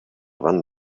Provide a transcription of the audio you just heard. van